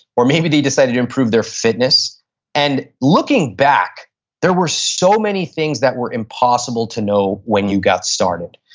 or maybe they decided to improve their fitness and looking back there were so many things that were impossible to know when you got started.